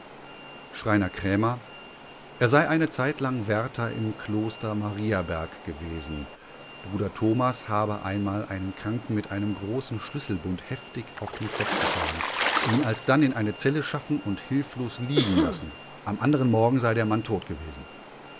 schreiner krämer er sei eine zeitlang wärter im kloster mariaberg gewesen bruder thomas habe einmal einen kranken mit einem großen schlüsselbund heftig auf den kopf geschlagen ihn alsdann in eine zelle schaffen und hilflos liegen lassen am andern morgen sei der mann tot gewesen